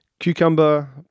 Cucumber